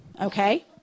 okay